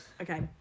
Okay